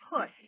push